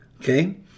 Okay